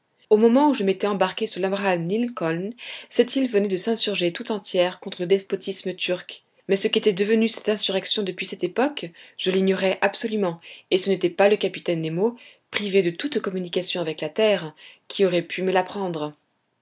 au moment où je m'étais embarqué sur iabraham lincoln cette île venait de s'insurger tout entière contre le despotisme turc mais ce qu'était devenue cette insurrection depuis cette époque je l'ignorais absolument et ce n'était pas le capitaine nemo privé de toute communication avec la terre qui aurait pu me l'apprendre